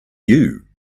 you